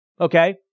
okay